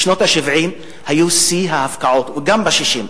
בשנות ה-70 היה שיא ההפקעות, גם בשנות ה-60.